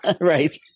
Right